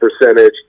percentage